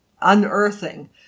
unearthing